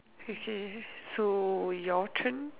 okay so your turn